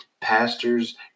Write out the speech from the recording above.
pastors